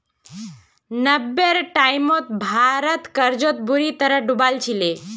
नब्बेर टाइमत भारत कर्जत बुरी तरह डूबाल छिले